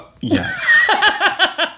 Yes